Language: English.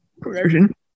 progression